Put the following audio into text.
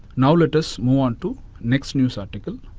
now, let us move on to next news article.